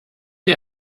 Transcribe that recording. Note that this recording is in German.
ihr